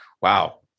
Wow